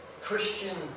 Christian